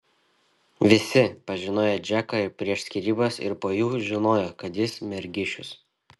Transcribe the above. visi pažinoję džeką ir prieš skyrybas ir po jų žinojo kad jis mergišius